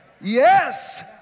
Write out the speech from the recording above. Yes